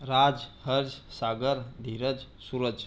Raj Harsh Sagar Dheeraj Suraj